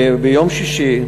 1 3. ביום שישי,